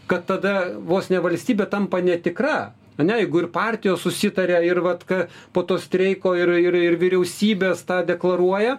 kad tada vos ne valstybė tampa netikra ar ne jeigu ir partijos susitaria ir vat kad po to streiko ir ir vyriausybės tą deklaruoja